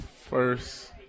first